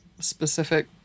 specific